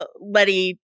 Letty